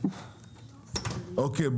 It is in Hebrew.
אוקיי.